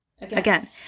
again